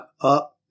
up